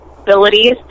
abilities